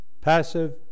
passive